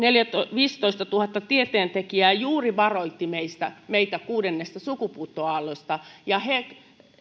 viisitoistatuhatta tieteentekijää juuri varoittivat meitä kuudennesta sukupuuttoaallosta ja he